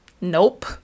Nope